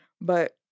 but-